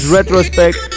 Retrospect